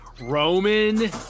Roman